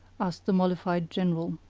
asked the mollified general.